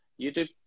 YouTube